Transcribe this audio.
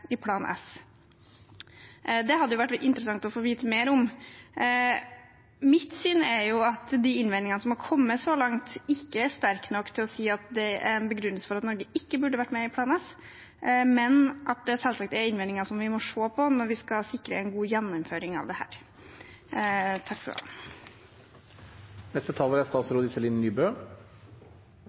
i Plan S. Det hadde vært interessant å få vite mer om. Mitt syn er at innvendingene som har kommet så langt, ikke er sterke nok til å si at er en begrunnelse for at Norge ikke burde vært med i Plan S, men at det selvsagt er innvendinger som vi må se på når vi skal sikre en god gjennomføring av